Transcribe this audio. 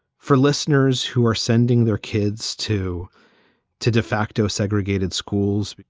for listeners who are sending their kids to to de facto segregated schools.